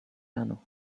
rano